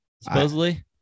Supposedly